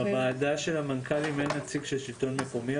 בוועדה של המנכ"לים אין נציג של השלטון המקומי,